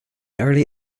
early